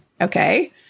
okay